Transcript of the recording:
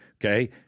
okay